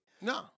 No